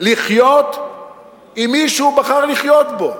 לחיות עם מי שהוא בחר לחיות אתו.